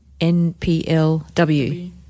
NPLW